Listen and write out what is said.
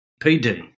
PD